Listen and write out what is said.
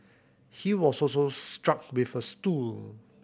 he was also struck with a stool